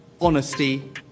honesty